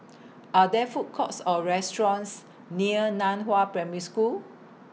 Are There Food Courts Or restaurants near NAN Hua Primary School